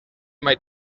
might